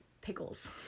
pickles